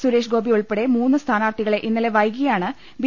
സുരേഷ് ഗോപി ഉൾപ്പെടെ മൂന്ന് സ്ഥാനാർഥികളെ ഇന്നലെ വൈകിയാണ് ബി